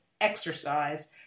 exercise